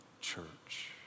church